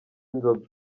inzoga